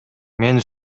мен